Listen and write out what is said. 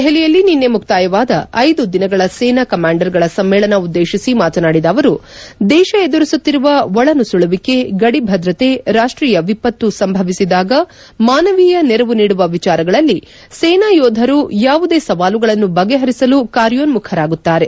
ದೆಹಲಿಯಲ್ಲಿ ನಿನ್ನೆ ಮುಕ್ತಾಯವಾದ ಐದು ದಿನಗಳ ಸೇನಾ ಕಮಾಂಡರ್ಗಳ ಸಮ್ಮೇಳನ ಉದ್ವೇಶಿಸಿ ಮಾತನಾಡಿದ ಅವರು ದೇಶ ಎದುರಿಸುತ್ತಿರುವ ಒಳನುಸುಳುವಿಕೆ ಗಡಿಭದ್ರತೆ ರಾಷ್ಟೀಯ ವಿಪತ್ತು ಸಂಭವಿಸಿದಾಗ ಮಾನವೀಯ ನೆರವು ನೀಡುವ ವಿಚಾರಗಳಲ್ಲಿ ಸೇನಾ ಯೋಧರು ಯಾವುದೇ ಸವಾಲುಗಳನ್ನು ಬಗೆಹರಿಸಲು ಕಾರ್ಯೋನ್ನುಖರಾಗುತ್ತಾರೆ